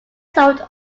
sold